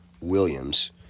Williams